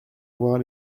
voir